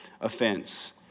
offense